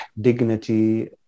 dignity